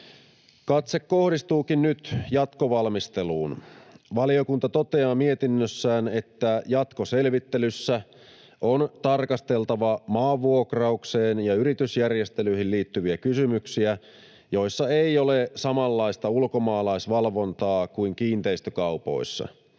Katse kohdistuukin nyt jatkovalmisteluun. Valiokunta toteaa mietinnössään, että jatkoselvittelyssä on tarkasteltava maanvuokraukseen ja yritysjärjestelyihin liittyviä kysymyksiä, joissa ei ole samanlaista ulkomaalaisvalvontaa kuin kiinteistökaupoissa.